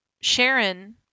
Sharon